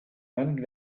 many